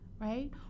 right